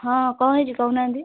ହଁ କ'ଣ ହେଇଛି କହୁନାହାଁନ୍ତି